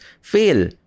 fail